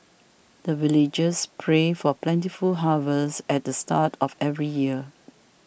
the villagers pray for plentiful harvest at the start of every year